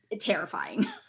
terrifying